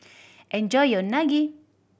enjoy your Unagi